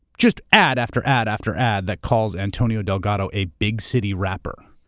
just ad after ad after ad that calls antonio delgado a big-city rapper.